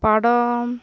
படம்